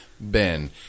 Ben